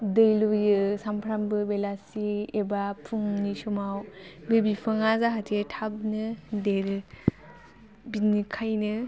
दै लुयो सानफ्रामबो बेलासि एबा फुंनि समाव बे बिफाङा जाहाथे थाबनो देरो बेनिखायनो